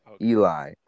Eli